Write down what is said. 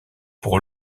pour